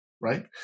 right